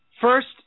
First